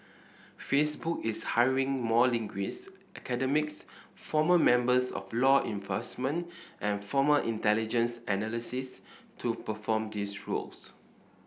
Facebook is hiring more linguists academics former members of law enforcement and former intelligence analysts to perform these roles